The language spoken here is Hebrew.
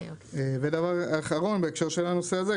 דבר אחרון בהקשר לנושא הזה,